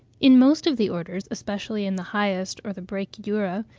in most of the orders, especially in the highest or the brachyura,